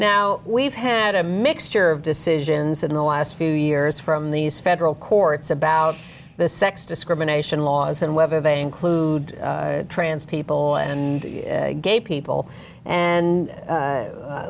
now we've had a mixture of decisions in the last few years from these federal courts about the sex discrimination laws and whether they include trans people and gay